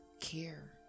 care